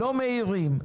לא מהירים,